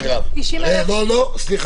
בבתי הדין הרבני יש 90,000 --- מרב, לא, סליחה.